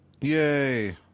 Yay